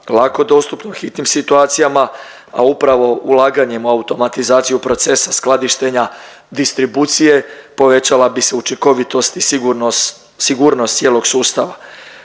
lako dostupna u hitnim situacijama, a upravo ulaganjem u automatizaciju procesa skladištenja, distribucije povećala bi se učinkovitost i sigurnost cijelog sustava.